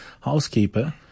housekeeper